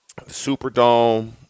Superdome